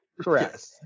Correct